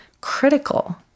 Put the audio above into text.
critical